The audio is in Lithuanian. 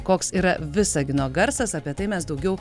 koks yra visagino garsas apie tai mes daugiau